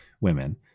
women